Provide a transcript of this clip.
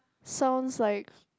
sounds like